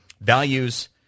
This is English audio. values